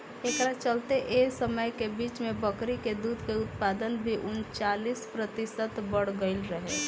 एकरा चलते एह समय के बीच में बकरी के दूध के उत्पादन भी उनचालीस प्रतिशत बड़ गईल रहे